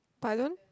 but I don't